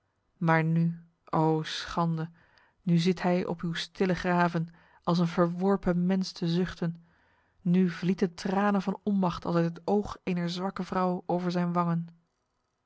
muur maar nu o schande nu zit hij op uw stille graven als een verworpen mens te zuchten nu vlieten tranen van onmacht als uit het oog ener zwakke vrouw over zijn